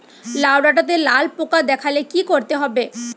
লাউ ডাটাতে লাল পোকা দেখালে কি করতে হবে?